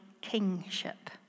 kingship